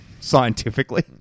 Scientifically